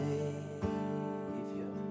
Savior